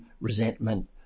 resentment